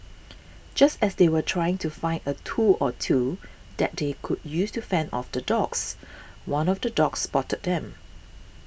just as they were trying to find a tool or two that they could use to fend off the dogs one of the dogs spotted them